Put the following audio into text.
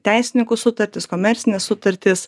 teisininkų sutartys komercinės sutartys